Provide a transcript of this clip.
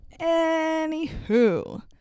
Anywho